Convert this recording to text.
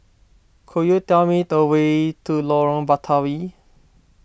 could you tell me the way to Lorong Batawi